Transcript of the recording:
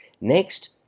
Next